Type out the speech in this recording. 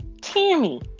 Tammy